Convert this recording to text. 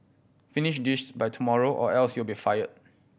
finish this by tomorrow or else you'll be fired